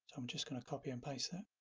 i'm just going to copy and paste there